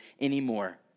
anymore